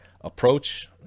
approach